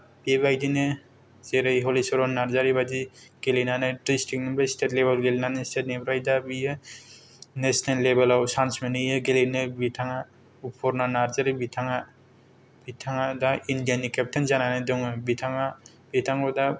बेबायदिनो जेरै हलिचरन नार्जारी बादि गेलेनानै दिस्त्रिकनिफ्राय स्तेत लेबेल गेलेनानै स्तेतनिफ्राय दा बियो नेसनेल लेबेलाव सान्स मोनहैयो गेलेनो बिथाङा अपुर्ना नार्जारी बिथांआ बिथाङा दा इण्डियानि केप्तेन जानानै दङ बिथाङा बिथांखौ दा